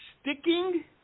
sticking